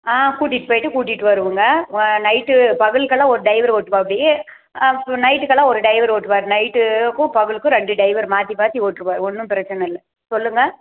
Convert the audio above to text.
ஆ கூட்டிகிட்டு போயிவிட்டு கூட்டிகிட்டு வருவோங்க நைட்டு பகலுக்கெல்லாம் ஒரு டைவரு ஓட்டுவாப்டி அப்புறம் நைட்டுக்கெல்லாம் ஒரு டைவரு ஓட்டுவாரு நைட்டு க்கும் பகலுக்கும் ரெண்டு டைவர் மாற்றி மாற்றி ஓட்டுவாங்க ஒன்றும் பிரச்சனை இல்லை சொல்லுங்கள்